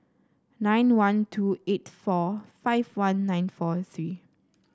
nine one two eight four five one nine four three